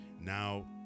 now